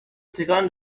تکان